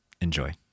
enjoy